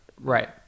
right